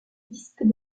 disque